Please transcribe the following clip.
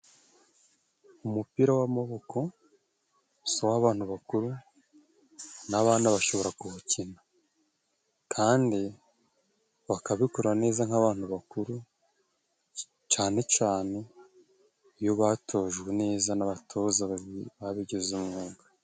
Umupira w'amaboko si uw'abantu bakuru, n'abana bashobora kuwukina kandi bakabikora neza nk'abantu bakuru cane cane iyo batojwe neza n'abatoza bababigize umwuga.